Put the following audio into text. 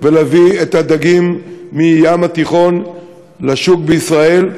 ולהביא דגים מהים התיכון לשוק בישראל,